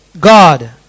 God